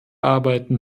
arbeiten